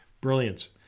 brilliance